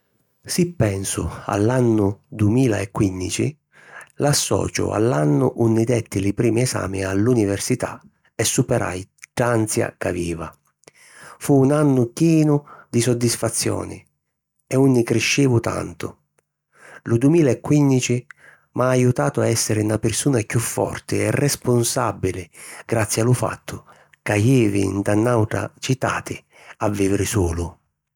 Si pensu a l’annu dumila e quìnnici, l'associu a l'annu unni detti li primi esami a l’università e superai dd'ansia ca avìa. Fu un annu chinu di sodisfazioni e unni criscivi tantu. Lu dumila e quìnnici m'ajutau a èssiri na pirsuna chiù forti e responsàbili grazi a lu fattu ca jivi nta n’àutra citati a vìviri sulu.